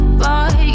boy